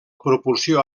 propulsió